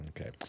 Okay